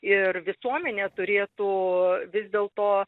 ir visuomenė turėtų vis dėlto